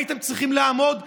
הייתם צריכים לעמוד בזה.